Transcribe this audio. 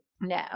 No